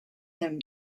him